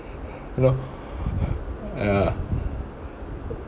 you know ya